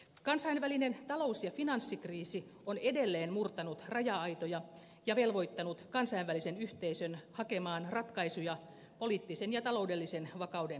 kansainvälinen talous ja finanssikriisi on edelleen murtanut raja aitoja ja velvoittanut kansainvälisen yhteisön hakemaan ratkaisuja poliittisen ja taloudellisen vakauden turvaamiseksi